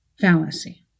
fallacy